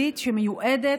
שמיועדת,